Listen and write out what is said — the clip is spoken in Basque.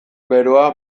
beroa